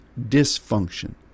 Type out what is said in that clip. dysfunction